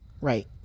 Right